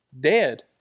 dead